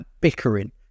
bickering